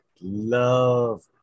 love